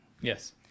Yes